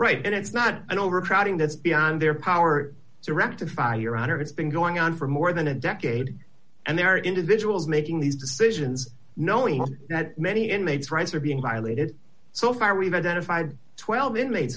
right and it's not an overcrowding that's beyond their power to rectify your honor it's been going on for more than a decade and they are individuals making these decisions knowing that many inmates rights are being violated so far we've identified twelve inma